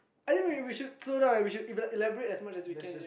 I think we we should slow down eh we should ela~ elaborate as much as we can